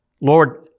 Lord